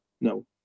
no